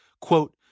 quote